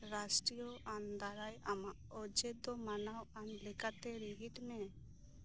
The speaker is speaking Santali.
ᱨᱟᱥᱴᱨᱤᱭᱚ ᱟᱱ ᱫᱟᱨᱟᱭ ᱟᱢᱟᱜ ᱚᱡᱮ ᱫᱚ ᱢᱟᱱᱟᱣ ᱟᱱ ᱞᱮᱠᱟᱛᱮ ᱨᱤᱦᱤᱴ ᱢᱮ